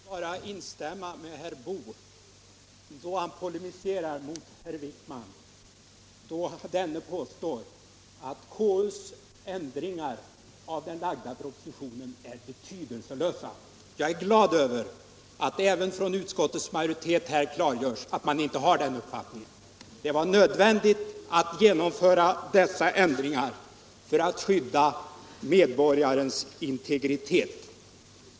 Herr talman! Jag vill bara instämma med herr Boo då han polemiserar mot herr Wijkman, när denne påstår att KU:s ändringar av den lagda propositionen är betydelselösa. Jag är glad över att det även från utskottsmajoriteten här klargörs att man inte har den uppfattningen. Det var nödvändigt att genomföra dessa ändringar för att skydda medborgarens integritet.